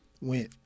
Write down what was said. went